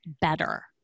better